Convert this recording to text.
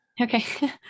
Okay